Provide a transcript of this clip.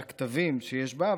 מהכתבים שיש בה,